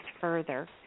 further